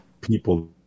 people